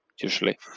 usually